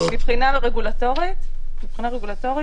כממונה,